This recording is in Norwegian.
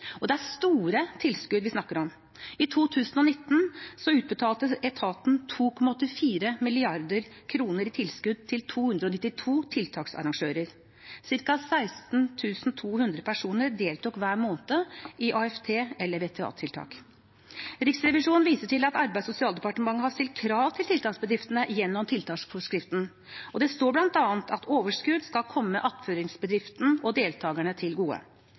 Det er store tilskudd vi snakker om. I 2019 utbetalte etaten 2,84 mrd. kr i tilskudd til 292 tiltaksarrangører. Cirka 16 200 personer deltok hver måned i AFT- eller VTA-tiltak. Riksrevisjonen viser til at Arbeids- og sosialdepartementet har stilt krav til tiltaksbedriftene gjennom tiltaksforskriften, og det står bl.a. at overskudd skal komme attføringsbedriften og deltakerne til gode.